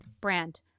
brand